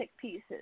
pieces